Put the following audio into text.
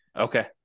Okay